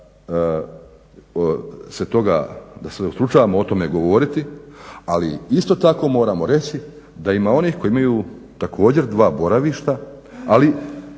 razloga da se ustručavamo o tome govoriti, ali isto tako moramo reći da ima onih koji imaju također dva boravišta, ali